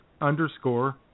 underscore